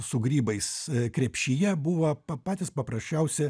su grybais krepšyje buvo patys paprasčiausi